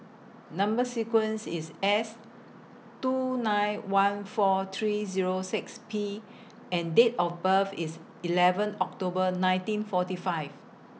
Number sequence IS S two nine one four three Zero six P and Date of birth IS eleven October nineteen forty five